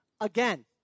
again